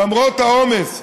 למרות העומס,